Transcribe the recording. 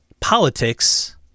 politics